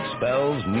Spells